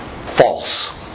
False